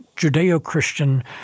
Judeo-Christian